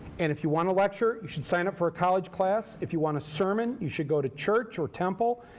and if you want a lecture, you should sign up for a college class. if you want a sermon, you should go to church or temple.